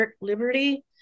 Liberty